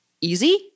easy